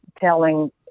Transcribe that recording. telling